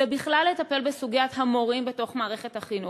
צריך לטפל בכלל בסוגיית המורים במערכת החינוך.